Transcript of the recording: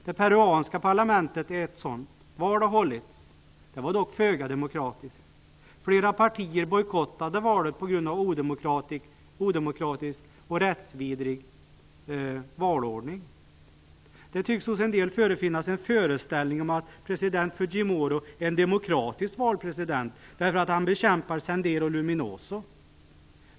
Det peruanska parlamentet är ett sådant. Val har hållits. Det var dock föga demokratiskt. Flera partier bojkottade valet på grund av odemokratisk och rättsvidrig valordning. Det tycks hos en del förefinnas en föreställning om att president Fudjimori är en demokratiskt vald president därför att han bekämpar Sendero Luminoso.